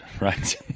right